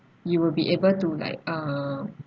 you will be able to like um